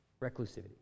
reclusivity